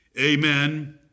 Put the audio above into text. Amen